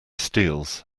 steels